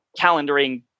calendaring